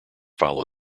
follow